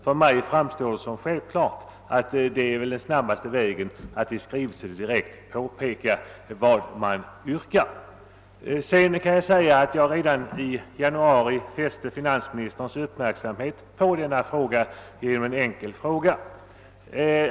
För mig framstår det som klart att den snabbaste vägen är att i skrivelse till Kungl. Maj:t direkt påpeka vad man önskar. Redan i januari fäste jag finansministerns uppmärksamhet på detta spörsmål genom en enkel fråga.